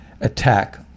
attack